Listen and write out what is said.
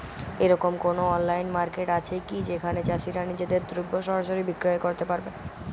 এরকম কোনো online market আছে কি যেখানে চাষীরা নিজেদের দ্রব্য সরাসরি বিক্রয় করতে পারবে?